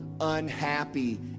unhappy